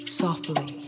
softly